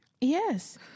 Yes